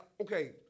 Okay